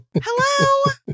Hello